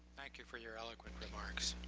thank you for your eloquent remarks.